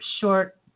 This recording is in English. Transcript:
short